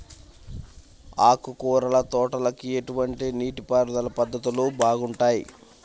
ఆకుకూరల తోటలకి ఎటువంటి నీటిపారుదల పద్ధతులు బాగుంటాయ్?